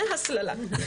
זה הסללה.